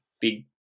big